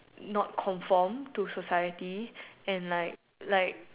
not conform to society and like like